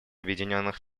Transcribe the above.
объединенных